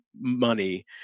money